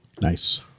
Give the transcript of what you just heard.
Nice